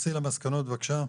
תתייחסי למסקנות בבקשה.